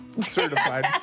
Certified